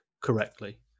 correctly